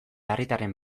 herritarren